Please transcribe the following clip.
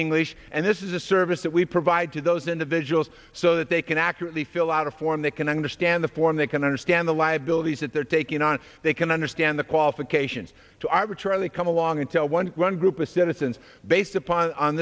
english and this is a service that we provide to those individuals so that they can actually fill out a form they can understand the form they can understand the liabilities that they're taking on they can understand the qualifications to arbitrarily come along until one one group of citizens based upon